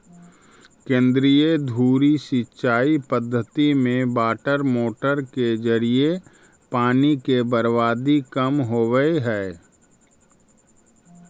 केंद्रीय धुरी सिंचाई पद्धति में वाटरमोटर के जरिए पानी के बर्बादी कम होवऽ हइ